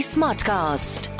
Smartcast